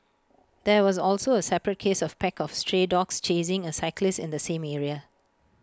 there was also A separate case of pack of stray dogs chasing A cyclist in the same area